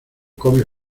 comes